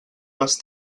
les